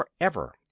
forever